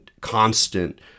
constant